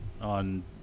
on